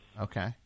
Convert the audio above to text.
Okay